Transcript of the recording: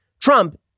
Trump